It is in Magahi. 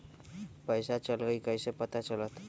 पैसा चल गयी कैसे पता चलत?